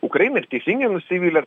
ukrainai ir teisingai nusivilia